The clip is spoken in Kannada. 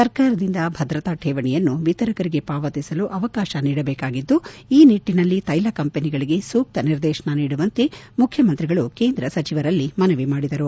ಸರ್ಕಾರದಿಂದ ಭದ್ರತಾ ಕೇವಣಿಯನ್ನು ವಿತರಕರಿಗೆ ಪಾವತಿಸಲು ಅವಕಾಶ ನೀಡಬೇಕಾಗಿದ್ದು ಈ ನಿಟ್ಟನಲ್ಲಿ ತೈಲಕಂಪನಿಗಳಿಗೆ ಸೂಕ್ತ ನಿರ್ದೇಶನ ನೀಡುವಂತೆ ಮುಖ್ಯಮಂತ್ರಿಗಳು ಕೇಂದ್ರ ಸಚಿವರಲ್ಲಿ ಮನವಿ ಮಾಡಿದರು